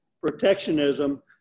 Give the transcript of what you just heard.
protectionism